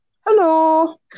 Hello